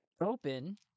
Open